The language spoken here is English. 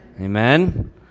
Amen